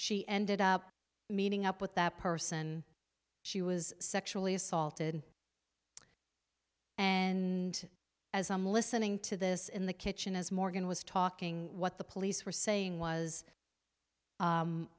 she ended up meeting up with that person she was sexually assaulted and as i'm listening to this in the kitchen as morgan was talking what the police were saying was